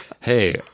hey